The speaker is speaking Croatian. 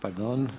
Pardon.